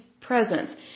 presence